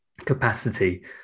capacity